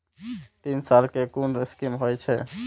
तीन साल कै कुन स्कीम होय छै?